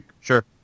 Sure